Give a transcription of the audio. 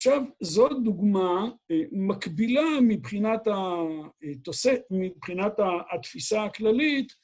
עכשיו, זאת דוגמה מקבילה מבחינת התפיסה הכללית.